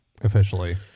officially